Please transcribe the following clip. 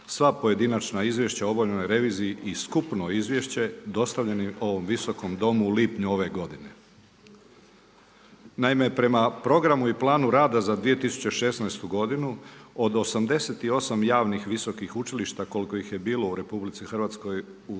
sva pojedinačna izvješća o obavljenoj reviziji i skupno izvješće dostavljeni ovom Visokom domu u lipnju ove godine. Naime, prema programu i planu rada za 2016. godinu od 88 javnih visokih učilišta koliko ih je bilo u RH u